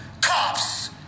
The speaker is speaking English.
cops